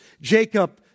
Jacob